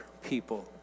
people